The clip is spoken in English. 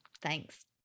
thanks